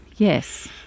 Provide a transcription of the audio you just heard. Yes